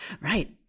Right